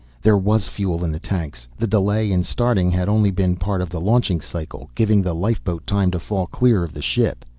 there was fuel in the tanks the delay in starting had only been part of the launching cycle, giving the lifeboat time to fall clear of the ship.